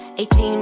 18